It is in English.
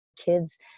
kids